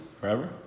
Forever